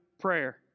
prayer